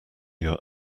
your